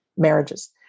marriages